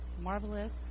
marvelous